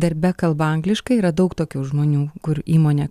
darbe kalba angliškai yra daug tokių žmonių kur įmonė